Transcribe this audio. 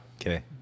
Okay